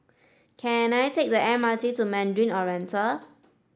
can I take the M R T to Mandarin Oriental